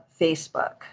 Facebook